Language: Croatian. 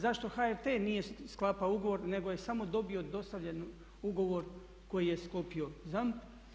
Zašto HRT nije sklapao ugovor, nego je samo dobio dostavljen ugovor koji je sklopio ZAMP.